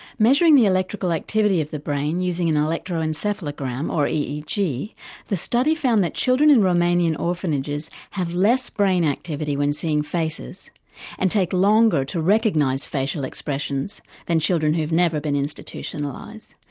measuring the electrical activity of the brain using an electroencephalogram or eeg, the study found that children in romanian orphanages have less brain activity when seeing faces and take longer to recognise facial expressions than children who've never been institutionalised.